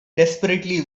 desperately